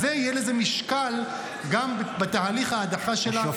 אז יהיה לזה משקל גם בתהליך ההדחה שלה,